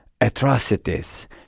atrocities